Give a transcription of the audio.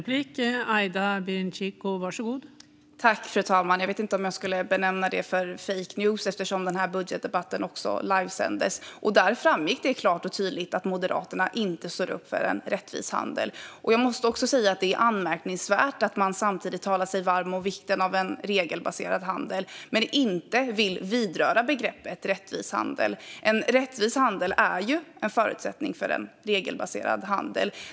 Fru talman! Jag vet inte om jag skulle benämna detta fake news eftersom den här budgetdebatten livesändes. Där framgick det klart och tydligt att Moderaterna inte står upp för en rättvis handel. Jag måste också säga att det är anmärkningsvärt att man talar sig varm för vikten av en regelbaserad handel men samtidigt inte vill vidröra begreppet rättvis handel. En rättvis handel är ju en förutsättning för en regelbaserad handel.